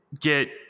get